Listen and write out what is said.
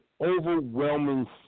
overwhelming